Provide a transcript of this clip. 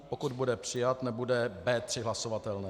Pokud bude přijat, nebude B3 hlasovatelné.